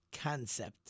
concept